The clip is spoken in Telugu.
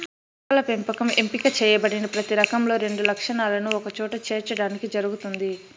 మొక్కల పెంపకం ఎంపిక చేయబడిన ప్రతి రకంలో రెండు లక్షణాలను ఒకచోట చేర్చడానికి జరుగుతుంది